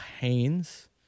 Haynes